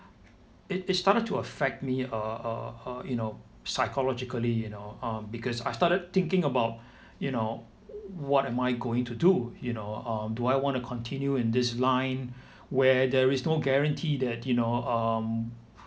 it it started to affect me uh uh uh you know psychologically you know um because I've started thinking about you know what am I going to do you know uh do I want to continue in this line where there is no guarantee that you know um